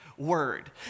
Word